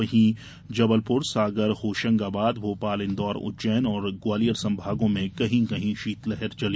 वहीं जबलपुर सागर होशंगाबाद भोपाल इंदौर उज्जैन और ग्वालियर संभागों में कहीं कहीं शीतलहर चली